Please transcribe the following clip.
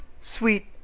sweet